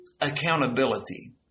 accountability